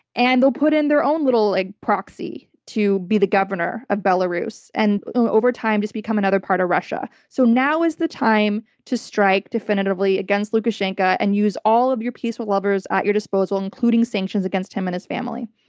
and they'll put in their own little like proxy to be the governor of belarus and over time just become another part of russia. so now is the time to strike definitively against lukashenko and use all of your peaceful levers at your disposal, including sanctions against him and his family.